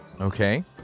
Okay